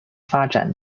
发展